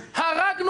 הרגנו.